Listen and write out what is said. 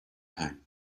time